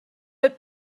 but